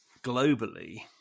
globally